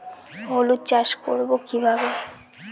হলুদ চাষ করব কিভাবে?